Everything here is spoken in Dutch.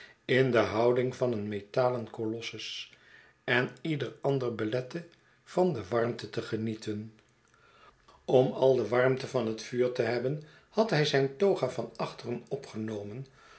in de houding van een metalen colossus en ied er ander belette van de warmte genieten om al de warmte van het vuur te hebben had hij zijn toga van achteren opgenomen